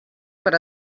per